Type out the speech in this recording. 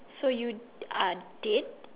so you are dead